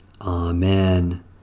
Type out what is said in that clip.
Amen